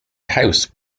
house